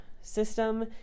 system